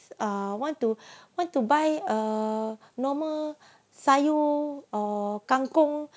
err want to want to buy a normal sayur or kangkung